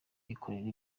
yikorera